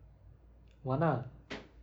wana